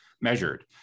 measured